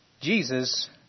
Jesus